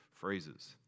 phrases